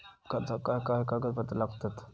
कर्जाक काय काय कागदपत्रा लागतत?